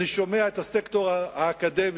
אני שומע את הסקטור האקדמי,